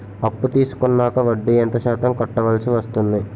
అప్పు తీసుకున్నాక వడ్డీ ఎంత శాతం కట్టవల్సి వస్తుంది?